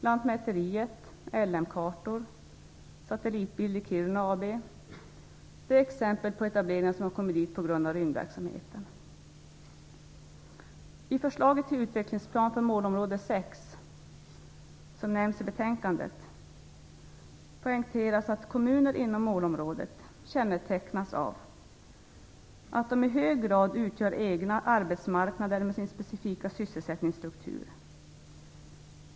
Lantmäteriets LM Kartor och Satellitbild i Kiruna AB är exempel på etableringar som skett på grund av rymdverksamheten. I förslaget till utvecklingsplan för målområde 6, som nämns i betänkandet, poängteras att kommuner inom målområdet kännetecknas av att de i hög grad utgör egna arbetsmarknader med sin specifika sysselsättningsstruktur.